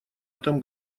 этом